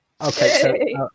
Okay